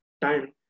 time